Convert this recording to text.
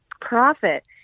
profit